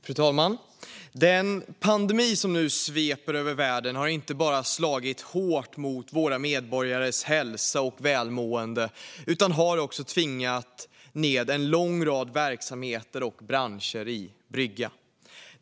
Fru talman! Den pandemi som nu sveper över världen har inte bara slagit hårt mot våra medborgares hälsa och välmående utan också tvingat ned en lång rad verksamheter och branscher i brygga.